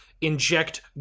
inject